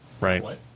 right